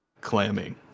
Clamming